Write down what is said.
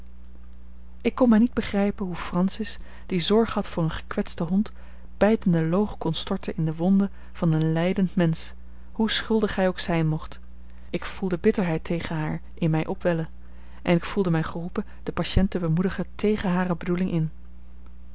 ik kon mij niet begrijpen hoe francis die zorg had voor een gekwetsten hond bijtende loog kon storten in de wonde van een lijdend mensch hoe schuldig hij ook zijn mocht ik voelde bitterheid tegen haar in mij opwellen en ik voelde mij geroepen den patiënt te bemoedigen tegen hare bedoeling in